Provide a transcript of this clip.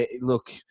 look